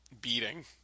beating